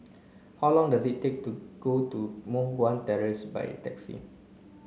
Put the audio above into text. how long does it take to get to Moh Guan Terrace by taxi